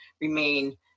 remain